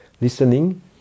listening